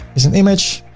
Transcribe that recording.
is an image.